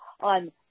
on